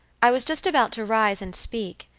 i was just about to rise and speak,